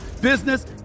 business